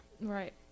Right